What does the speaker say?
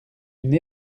une